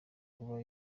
kuba